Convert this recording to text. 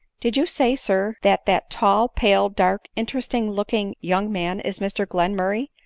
did you say, sir, that that tall, pale, dark, interesting-looking young man is mr glenmurray,